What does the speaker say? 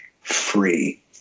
free